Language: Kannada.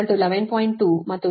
2 ಮತ್ತುVR 10